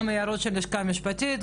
גם ההערות של הלשכה המשפטית,